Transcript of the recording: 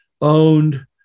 owned